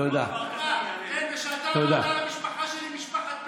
הוא לא יודע, הוא לא מכיר,